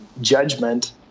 judgment